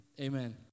amen